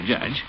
Judge